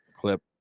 clip